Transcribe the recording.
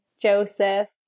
Joseph